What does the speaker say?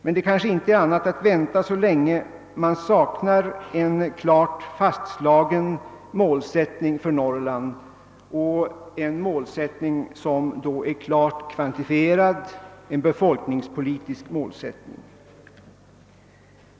Men det är kanske inte annat att vänta så länge man saknar en klart fastslagen målsättning för Norrland, en målsättning som är klart kvantifierad d.v.s. en befolkningspolitisk målsättning.